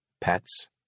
pets